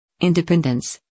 Independence